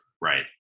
right